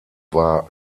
war